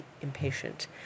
impatient